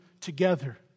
together